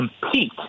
compete